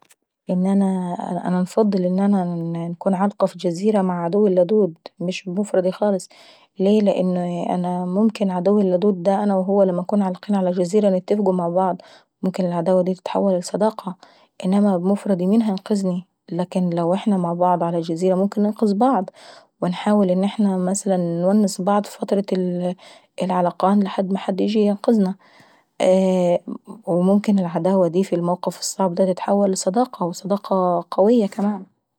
ان انا انا نفضل ان نكون عالقة ف جزيرة مع عدوي اللدود. مش بمفردي خالص، ليه؟ لان انا ممكن انا وعدوي اللدود دا انا وهو لما نكون عالقين في جزيرة ممكن نتفقوا مع بعض، ممكن العداوة دي تتحول الى صداقة، انما بمفردي مين هينقذني؟ لكن لو احنا مع بعض ع جزيرة ممكن ننقذ بعض، وانحاول ان احنا مثلا نونس بعض ف فترة العلقان لحد ما حد ييجي ينقذني، وممكن العداوة في الموقف الصعب دا تتحول لصداقة وصداقة قوية كمان.